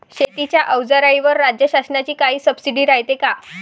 शेतीच्या अवजाराईवर राज्य शासनाची काई सबसीडी रायते का?